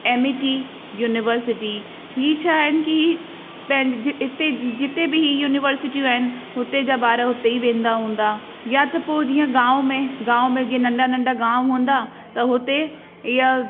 Amity university ही छा आहिनि कि पंहिंजे हिते जिते बि ही यूनिवर्सिटियूं आहिनि हुते जा बार हुते ई वेंदा हूंदा या त पोइ जीअं गांव में गांव में जीअं नंढा नंढा गांव हूंदा त हुते इहा